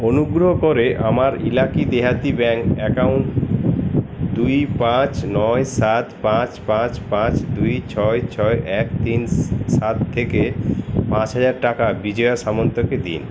অনুগ্রহ করে আমার ইলাকি দেহাতি ব্যাঙ্ক অ্যাকাউন্ট দুই পাঁচ নয় সাত পাঁচ পাঁচ পাঁচ দুই ছয় ছয় এক তিন সাত থেকে পাঁচ হাজার টাকা বিজয়া সামন্তকে দিন